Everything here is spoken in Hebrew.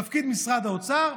תפקיד משרד האוצר,